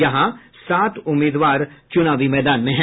यहां सात उम्मीदवार चुनावी मैदान में हैं